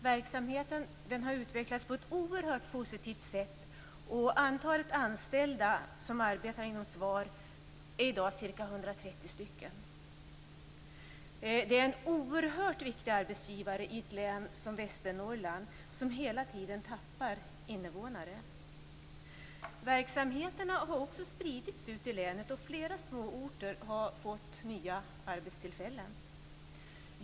Verksamheten har utvecklats på ett oerhört positivt sätt, och antalet anställda som arbetar inom SVAR är i dag ca 130. Det är en oerhört viktig arbetsgivare i ett län som Västernorrland, som hela tiden tappar invånare. Verksamheterna har spridits ut i länet, och flera småorter har fått nya arbetstillfällen.